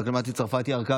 חברת הכנסת מטי צרפתי הרכבי,